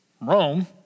Rome